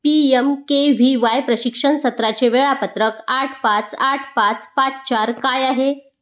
P M K V Y प्रशिक्षण सत्राचे वेळापत्रक आठ पाच आठ पाच पाच चार काय आहे